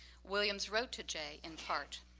williams wrote to jay, in part,